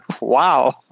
Wow